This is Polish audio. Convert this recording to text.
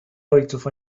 ojców